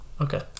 Okay